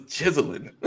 Chiseling